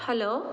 hello